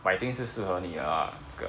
but I think 是适合你啊